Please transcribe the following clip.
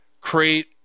create